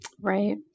Right